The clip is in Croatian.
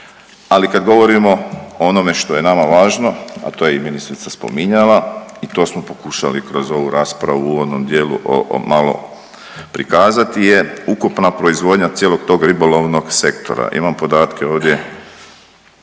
Ali kad govorimo o onome što je nama važno, a to je i ministrica spominjala i to smo pokušali kroz ovu raspravu u onom dijelu o malo prikazati je ukupna proizvodnja cijelog tog ribolovnog sektora. Imam podatke ovdje